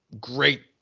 great